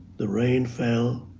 the rain fell,